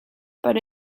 but